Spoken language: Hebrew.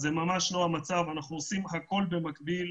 זה ממש לא המצב ואנחנו עושים הכול במקביל.